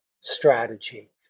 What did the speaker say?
strategy